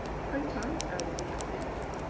protons are in the nucleus.